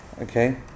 Okay